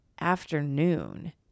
afternoon